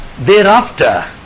Thereafter